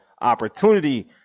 opportunity